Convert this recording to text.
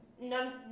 No